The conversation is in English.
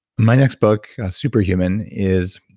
my next book, superhuman, is